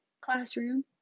classroom